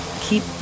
keep